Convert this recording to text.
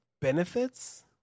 benefits